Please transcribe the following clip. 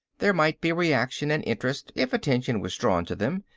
there might be reaction and interest if attention was drawn to them.